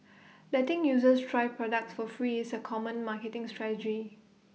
letting users try products for free is A common marketing strategy